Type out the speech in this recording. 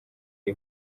iri